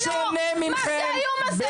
מה זה האיום הזה?